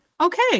Okay